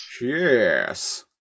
Yes